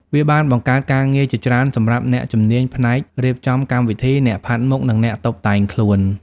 វាបានបង្កើតការងារជាច្រើនសម្រាប់អ្នកជំនាញផ្នែករៀបចំកម្មវិធី អ្នកផាត់មុខ និងអ្នកតុបតែងខ្លួន។